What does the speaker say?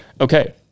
Okay